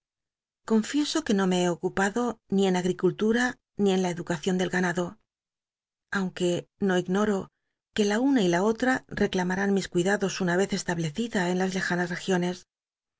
confieso que no me be ocupado ni en agricullura ni en la educacion del ganado aunque no ignoro jue la una y la otra reclamarán mis cuidados una vez establecida en las lejanas regiones